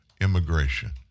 immigration